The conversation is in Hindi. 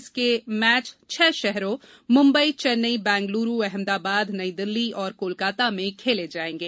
इसके मैच छह शहरों मुम्बई चेन्नई बेंगलुरू अहमदाबाद नई दिल्ली और कोलकाता में खेले जाएंगे